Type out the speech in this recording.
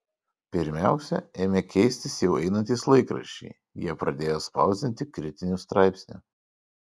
pirmiausia ėmė keistis jau einantys laikraščiai jie pradėjo spausdinti kritinių straipsnių